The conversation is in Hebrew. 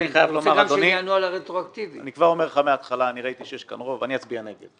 אני כבר אומר לך מהתחלה שראיתי שיש כאן רוב אבל אני אצביע נגד.